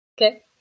Okay